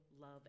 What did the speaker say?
love